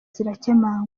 zirakemangwa